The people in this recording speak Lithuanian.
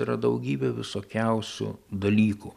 yra daugybė visokiausių dalykų